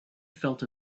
felt